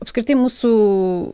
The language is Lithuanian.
apskritai mūsų